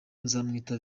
nzamwita